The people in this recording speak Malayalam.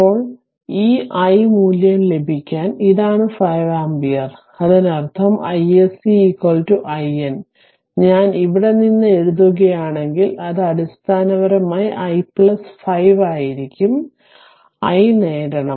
ഇപ്പോൾ ഈ i മൂല്യം ലഭിക്കാൻ ഇതാണ് 5 ആമ്പിയർ അതിനർത്ഥം iSC IN ഞാൻ ഇവിടെ നിന്ന് എഴുതുകയാണെങ്കിൽ അത് അടിസ്ഥാനപരമായി i 5 ആയിരിക്കും i നേടണം